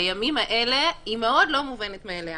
בימים האלה היא מאוד לא מובנת מאליה